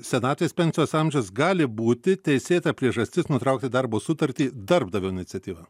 senatvės pensijos amžius gali būti teisėta priežastis nutraukti darbo sutartį darbdavio iniciatyva